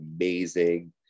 amazing